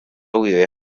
guive